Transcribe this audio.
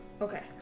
Okay